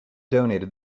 donated